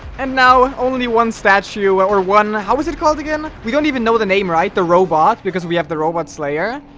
and now only one statue or one how is it called again? we don't even know the name right the robot because we have the robot slayer.